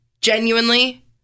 genuinely